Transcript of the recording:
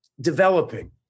developing